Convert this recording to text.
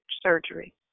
surgery